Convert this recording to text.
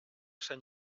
sant